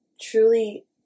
truly